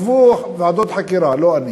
את זה לא אני כתבתי, כתבו ועדות חקירה, ולא אני,